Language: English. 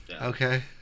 Okay